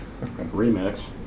remix